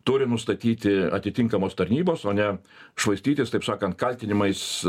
turi nustatyti atitinkamos tarnybos o ne švaistytis taip sakant kaltinimais